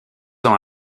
ans